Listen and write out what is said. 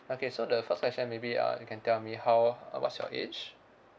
okay so the first question maybe uh you can tell me how uh what's your age